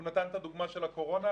הוא נתן את הדוגמה של הקורונה,